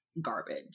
garbage